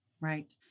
Right